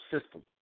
system